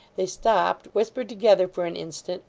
they stopped, whispered together for an instant,